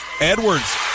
Edwards